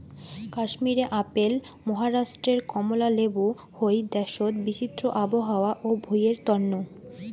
কাশ্মীরে আপেল, মহারাষ্ট্রে কমলা লেবু হই দ্যাশোত বিচিত্র আবহাওয়া ও ভুঁইয়ের তন্ন